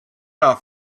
off